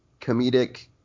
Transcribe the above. comedic